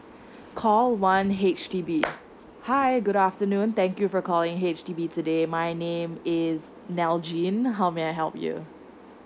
call one H_D_B hi good afternoon thank you for calling H_D_B today my name is nalgene how may I help you